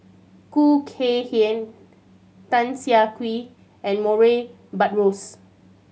Khoo Kay Hian Tan Siah Kwee and Murray Buttrose